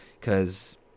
Cause